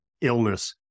illness